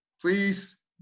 please